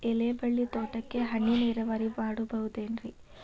ಎಲೆಬಳ್ಳಿ ತೋಟಕ್ಕೆ ಹನಿ ನೇರಾವರಿ ಮಾಡಬಹುದೇನ್ ರಿ?